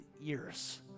years